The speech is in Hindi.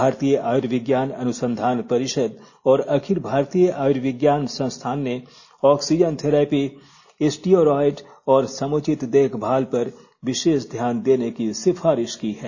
भारतीय आयुर्विज्ञान अनुसंधान परिषद और अखिल भारतीय आयुर्विज्ञान संस्थान ने ऑक्सीजन थेरैपी स्टीयोरॉयड और समुचित देखभाल पर विशेष ध्यान देने की सिफारिश की है